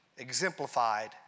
exemplified